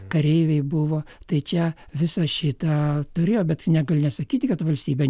kareiviai buvo tai čia visą šitą turėjo bet negali nesakyti kad valstybė